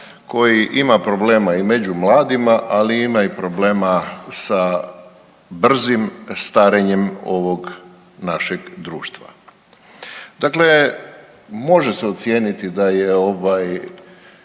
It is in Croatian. koji ima problema i među mladima, ali ima i problema sa brzim starenjem ovog našeg društva. Dakle, može se ocijeniti da je ovaj